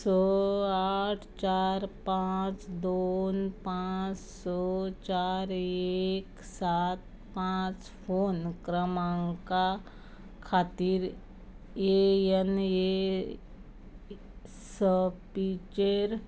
स आठ चार पांच दोन पांच स चार एक सात पांच फोन क्रमांका खातीर एनएसपीचेर